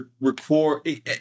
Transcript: record